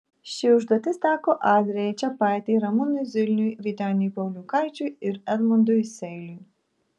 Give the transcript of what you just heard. ši užduotis teko adrijai čepaitei ramūnui zilniui vyteniui pauliukaičiui ir edmundui seiliui